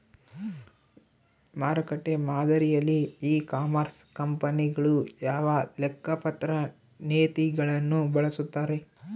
ಮಾರುಕಟ್ಟೆ ಮಾದರಿಯಲ್ಲಿ e commerce ಕಂಪನಿಗಳು ಯಾವ ಲೆಕ್ಕಪತ್ರ ನೇತಿಗಳನ್ನು ಬಳಸುತ್ತಾರೆ?